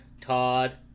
Todd